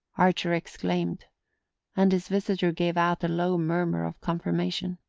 archer exclaimed and his visitor gave out a low murmur of confirmation.